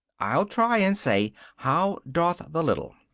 i'll try and say how doth the little,